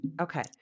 Okay